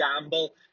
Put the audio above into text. gamble